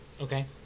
Okay